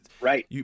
right